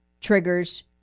triggers